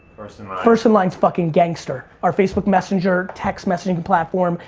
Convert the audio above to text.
first and first in line's fuckin' gangster. our facebook messenger, text messaging platform.